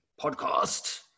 podcast